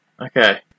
Okay